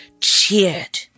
cheered